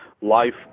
life